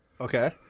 Okay